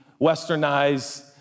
westernized